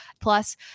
Plus